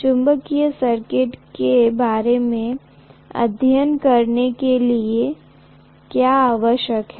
चुंबकीय सर्किट के बारे में अध्ययन करने के लिए क्या आवश्यक है